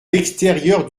l’extérieur